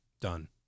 done